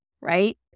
right